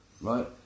Right